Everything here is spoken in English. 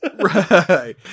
Right